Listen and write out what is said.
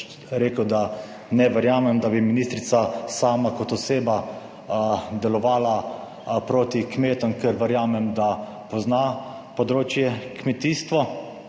rekel, da ne verjamem, da bi ministrica sama kot oseba delovala proti kmetom, ker verjamem, da pozna področje kmetijstva,